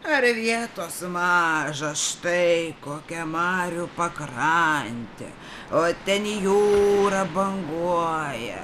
ar vietos maža štai kokia marių pakrantė o ten jūra banguoja